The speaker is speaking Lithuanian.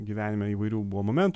gyvenime įvairių buvo momentų